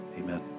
Amen